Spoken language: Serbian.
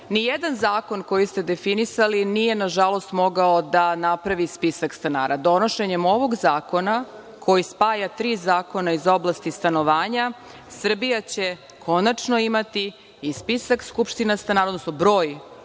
ni jedan zakon koji ste definisali nije, nažalost, mogao da napravi spisak stanara. Donošenjem ovog zakona, koji spaja tri zakona iz oblasti stanovanja, Srbija će konačno imati i spisak skupština stanara, odnosno broj